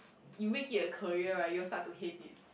you make it a career right you'll start to hate it